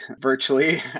virtually